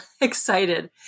excited